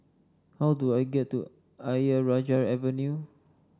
how do I get to Ayer Rajah Avenue